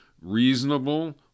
reasonable